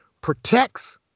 protects